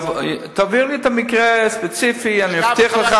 תעביר לי את המקרה ספציפית ואני מבטיח לך